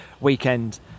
weekend